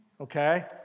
okay